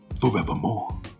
forevermore